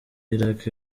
irak